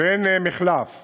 ואין מחלף